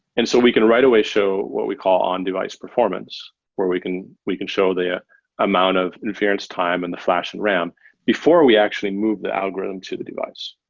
and so we can right away show what we call on-device performance where we can we can show the ah amount of inference time and the flash and ram before we actually move the algorithm to the device.